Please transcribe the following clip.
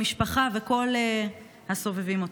המשפחה וכל הסובבים אותן.